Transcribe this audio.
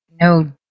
No